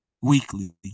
Weekly